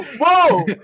Whoa